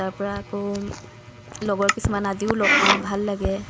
তাৰপৰা আকৌ লগৰ কিছুমান আজিও লগ পাওঁ ভাল লাগে